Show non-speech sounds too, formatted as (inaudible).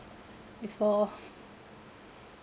before (laughs)